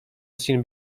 seen